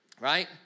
right